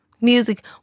Music